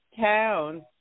town